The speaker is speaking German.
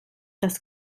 das